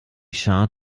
scharrt